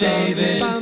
David